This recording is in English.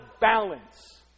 balance